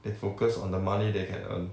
they focus on the money they can earn